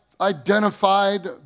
identified